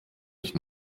ich